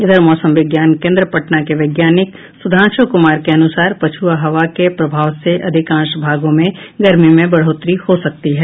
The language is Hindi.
इधर मौसम विज्ञान केन्द्र पटना के वैज्ञानिक सुधांशु कुमार के अनुसार पछुआ हवा के प्रभाव से अधिकांश भागों में गर्मी में बढ़ोतरी हो सकती है